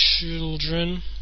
Children